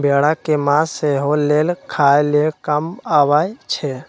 भेड़ा के मास सेहो लेल खाय लेल काम अबइ छै